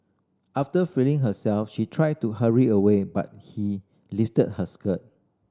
after freeing herself she tried to hurry away but he lifted her skirt